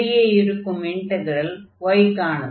வெளியே இருக்கும் integral y க்கானது